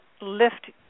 lift